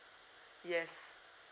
yes